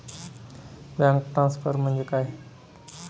Bank transfer म्हणजे काय?